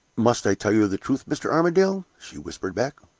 must i tell you the truth, mr. armadale? she whispered back.